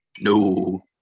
No